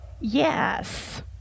Yes